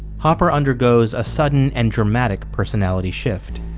hopper undergoes a sudden and dramatic personality shift.